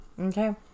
Okay